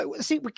See